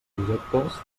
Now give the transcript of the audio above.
projectes